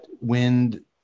wind